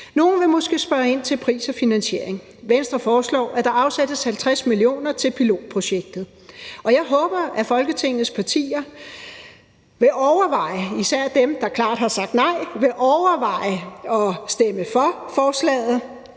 Nogle vil måske spørge ind til pris og finansiering. Venstre foreslår, at der afsættes 50 mio. kr. til pilotprojektet, og jeg håber, at Folketingets partier – især dem, der klart